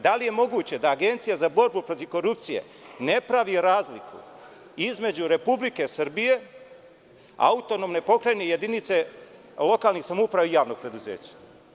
Da li je moguće da Agencija za borbu protiv korupcije ne pravi razliku između Republike Srbije, Autonomne pokrajine, jedinice lokalnih samouprava i javnih preduzeća.